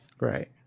Right